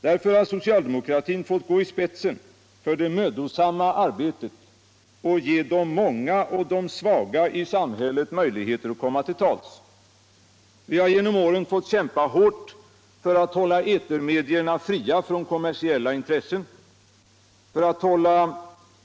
Därför har socialdemokraun fått gå i spetsen för det mödosamma arbetet med att ge de många och de svaga i samhället möjligheter att komma till tals. Vi har genom åren fått kämpa hårt för att hålla etermedierna fria från kommersiella intressen.